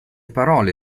parole